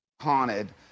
Haunted